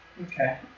Okay